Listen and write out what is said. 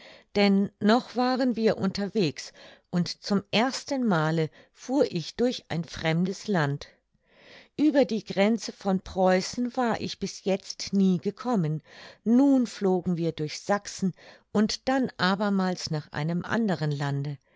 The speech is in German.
denn noch waren wir unterwegs und zum ersten male fuhr ich durch ein fremdes land ueber die grenze von preußen war ich bis jetzt nie gekommen nun flogen wir durch sachsen und dann abermals nach einem anderen lande